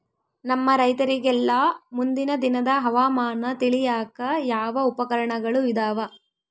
ನಮ್ಮ ರೈತರಿಗೆಲ್ಲಾ ಮುಂದಿನ ದಿನದ ಹವಾಮಾನ ತಿಳಿಯಾಕ ಯಾವ ಉಪಕರಣಗಳು ಇದಾವ?